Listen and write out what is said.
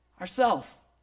Ourself